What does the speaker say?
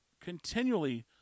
continually